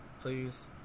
Please